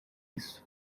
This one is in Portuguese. isso